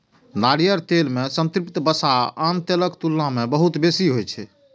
नारियल तेल मे संतृप्त वसा आन तेलक तुलना मे बहुत बेसी होइ छै